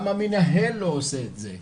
גם המנהל לא עושה את זה,